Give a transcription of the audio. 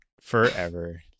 Forever